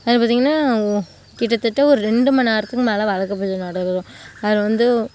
அது பார்த்திங்கன்னா கிட்ட தட்ட ஒரு ரெண்டும் நேரத்துக்கும் மேலே விளக்கு பூஜை நடைபெறும் அது வந்து